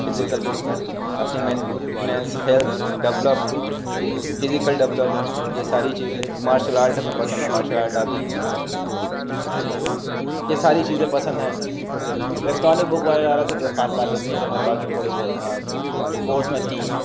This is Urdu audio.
فیزیکل بک میں اپنی maintenance health develop physical develop یہ ساری چیزیں مارشل آرٹ ہمیں پسند ہے مارشل آرٹ آتی ہے تو یہ ساری چیزیں پسند ہیں الیکٹرانک بک وغیرہ سےکوئی خاص تعلق نہیں رہا باقی تھوڑی بہت جو کورس میں تھی